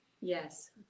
Yes